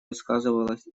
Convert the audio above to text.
высказывалась